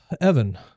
Evan